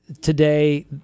today